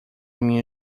minha